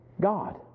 God